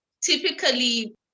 typically